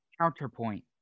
Counterpoint